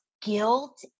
guilt